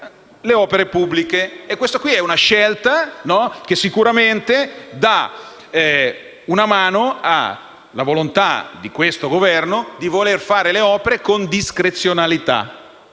le opere pubbliche. Questa è una scelta che sicuramente dà una mano alla volontà di questo Governo di voler fare le opere con discrezionalità,